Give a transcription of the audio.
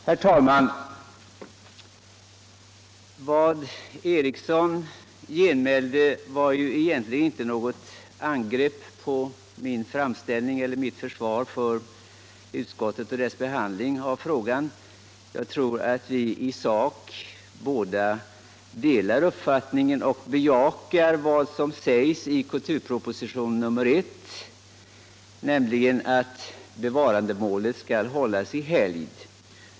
Herr talman! Herr Erikssons i Ulfsbyn genmile var ju egentligen inte något angrepp på mitt försvar av utskottets behandling av frågan. Jag tror att vi båda i sak bejakar vad som sägs i kulturpropositionen, nämligen att bevarandemålet skall hållas i helgd.